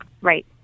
Right